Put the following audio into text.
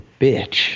bitch